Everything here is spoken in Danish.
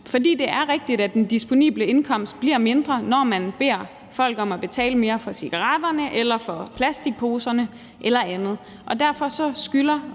For det er rigtigt, at den disponible indkomst bliver mindre, når man beder folk om at betale mere for cigaretterne eller plastikposerne eller andet, og derfor skylder